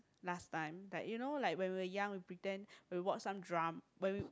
last time but you know like when we were young we pretend we will watch some drama when we